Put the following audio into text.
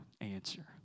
Answer